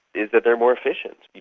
is that they are more efficient. you